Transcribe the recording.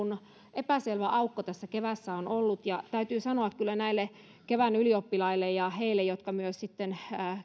epäselvä aukko tässä keväässä on ollut ja täytyy sanoa kyllä näille kevään ylioppilaille ja heille jotka myös sitten